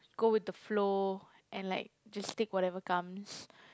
go with the flow and like just take whatever comes